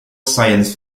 science